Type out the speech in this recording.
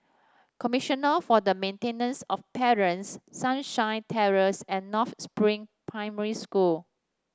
Commissioner for the Maintenance of Parents Sunshine Terrace and North Spring Primary School